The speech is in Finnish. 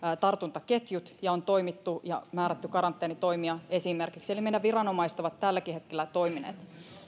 tartuntaketjut ja on toimittu ja on määrätty karanteenitoimia esimerkiksi eli meidän viranomaiset ovat tälläkin hetkellä toimineet